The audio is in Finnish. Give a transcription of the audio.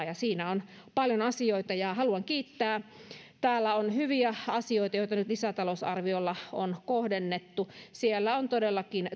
ja siinä on paljon asioita haluan kiittää siitä että täällä on hyviä asioita joihin nyt lisätalousarviolla on kohdennettu siellä on todellakin